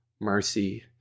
mercy